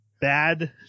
bad